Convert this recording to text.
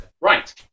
Right